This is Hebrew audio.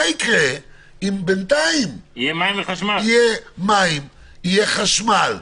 מה יקרה אם בינתיים יהיו מים, יהיה חשמל,